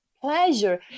pleasure